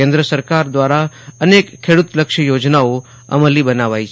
કેન્દ્ર દ્વારા અનેક ખેડૂતલક્ષી યોજનાઓ અમલી બનાવાઇ છે